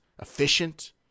efficient